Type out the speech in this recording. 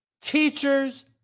teachers